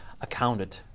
accounted